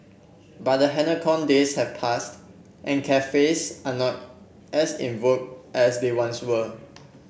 but the halcyon days have passed and cafes are not as in vogue as they once were